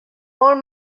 molt